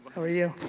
are you